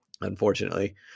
unfortunately